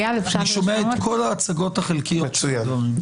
אני שומע את כל ההצגות החלקיות של הדברים.